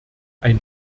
ein